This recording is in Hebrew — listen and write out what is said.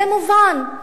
זה מובן.